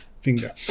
finger